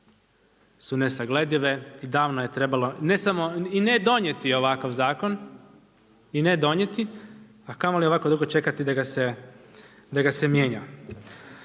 su nesagledive i davno je trebalo i ne samo i ne donijeti ovakav zakon, a kamoli ovako dugo čekati da ga se mijenja.